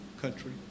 country